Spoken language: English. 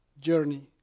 journey